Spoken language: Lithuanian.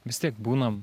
vis tiek būnam